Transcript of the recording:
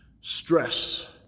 stress